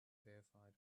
verified